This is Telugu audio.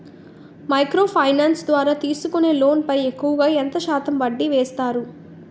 మైక్రో ఫైనాన్స్ ద్వారా తీసుకునే లోన్ పై ఎక్కువుగా ఎంత శాతం వడ్డీ వేస్తారు?